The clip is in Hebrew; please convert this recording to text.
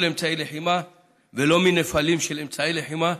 אמצעי לחימה ולא מנפלים של אמצעי לחימה,